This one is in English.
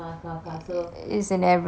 it's in every family man